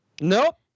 Nope